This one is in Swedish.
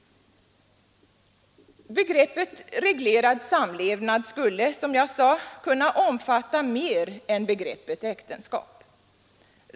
Begreppet registrerad samlevnad skulle kunna omfatta mer än begreppet äktenskap.